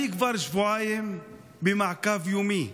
אני כבר שבועיים במעקב יומי,